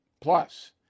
Plus